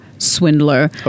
Swindler